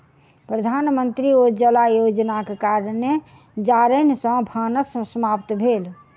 प्रधानमंत्री उज्ज्वला योजनाक कारणेँ जारैन सॅ भानस समाप्त भेल